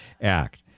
Act